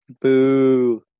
Boo